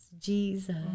Jesus